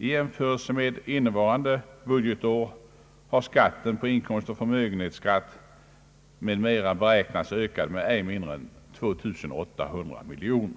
I jämförelse med innevarande budgetår har skatten på inkomst och förmögenhet m.m. beräknats öka med ej mindre än 2800 miljoner.